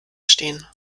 stehen